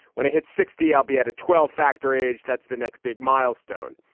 when it hit sixty, i'll be at a twelve factor age. that's the next big milestone.